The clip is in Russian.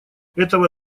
этого